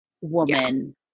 woman